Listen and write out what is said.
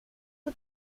fue